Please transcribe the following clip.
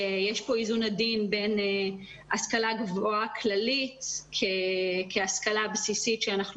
שיש כאן איזון עדין בין השכלה גבוהה כללית כהשכלה בסיסית שאנחנו